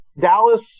Dallas